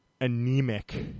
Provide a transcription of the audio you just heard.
anemic